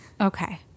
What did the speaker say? Okay